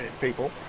people